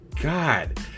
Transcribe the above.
God